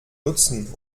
nutzen